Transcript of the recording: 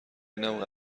اینم